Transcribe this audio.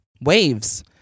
waves